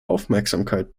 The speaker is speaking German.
aufmerksamkeit